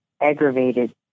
aggravated